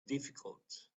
difficult